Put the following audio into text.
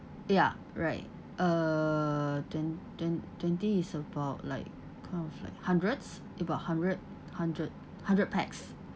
ya right uh twen~ twen~ twenty is about like kind of like hundreds about hundred hundred hundred pax